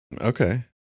Okay